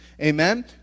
amen